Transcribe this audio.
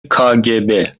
کاگب